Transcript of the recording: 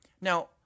Now